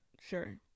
Sure